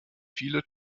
viele